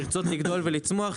--- לרצות לגדול ולצמוח,